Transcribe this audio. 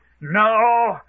No